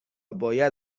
باید